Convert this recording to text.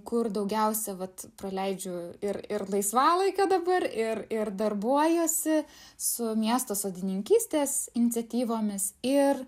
kur daugiausiaivat praleidžiu ir ir laisvalaikio dabar ir ir darbuojuosi su miesto sodininkystės iniciatyvomis ir